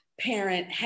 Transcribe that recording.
parent